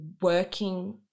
working